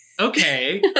Okay